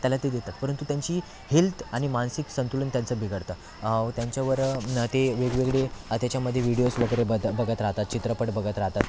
त्याला ते देतात परंतु त्यांची हेल्त आणि मानसिक संतुलन त्यांचं बिघडतं त्यांच्यावर ते वेगवेगळे त्याच्यामध्ये व्हिडिओस वगैरे बधत बघत राहतात चित्रपट बघत राहतात